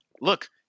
look